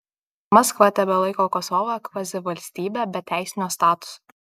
maskva tebelaiko kosovą kvazivalstybe be teisinio statuso